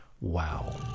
Wow